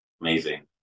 amazing